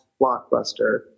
blockbuster